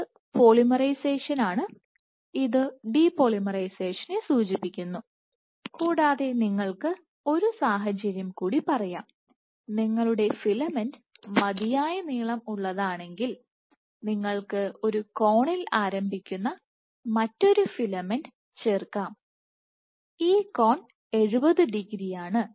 ഇത് പോളിമറൈസേഷനാണ് ഇത് ഡിപോളിമറൈസേഷനെ സൂചിപ്പിക്കുന്നു കൂടാതെ നിങ്ങൾക്ക് ഒരു സാഹചര്യം കൂടി പറയാം നിങ്ങളുടെ ഫിലമെന്റ് മതിയായ നീളം ഉള്ളതാണെങ്കിൽ നിങ്ങൾക്ക് ഒരു കോണിൽ ആരംഭിക്കുന്ന മറ്റൊരു ഫിലമെന്റ് ചേർക്കാം ഈ കോൺ 70 ഡിഗ്രി യാണ്